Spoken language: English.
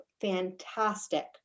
fantastic